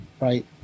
right